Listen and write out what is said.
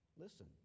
Listen